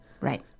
Right